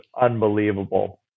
unbelievable